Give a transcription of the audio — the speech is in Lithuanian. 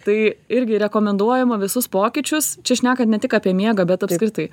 tai irgi rekomenduojama visus pokyčius čia šnekant ne tik apie miegą bet apskritai